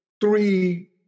three